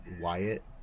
Wyatt